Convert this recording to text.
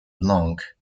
blanc